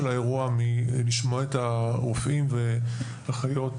האירוע מלשמוע את הרופאים ואת האחיות